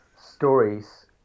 stories